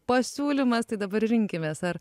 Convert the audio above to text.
pasiūlymas tai dabar ir rinkimės ar